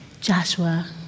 Joshua